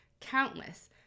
countless